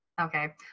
Okay